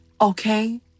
okay